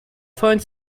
find